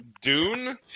Dune